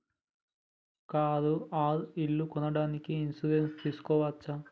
Car or ఇల్లు కొనడానికి insurance తీస్కోవచ్చా?